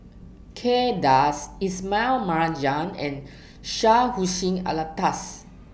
Kay Das Ismail Marjan and Syed Hussein Alatas